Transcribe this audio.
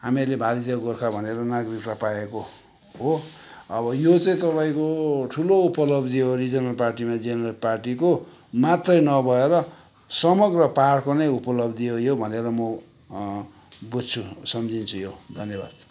हामीहरूले भारतीय गोर्खा भनेर नागरिकता पाएको हो अब यो चाहिँ तपाईँको ठुलो उपलब्धि हो रिजनल पार्टीमा जिएनएलएफ पार्टीको मात्रै नभएर सम्रग पहाडको नै उपलब्धि हो यो भनेर म बुझ्छु सम्झिन्छु यो धन्यवाद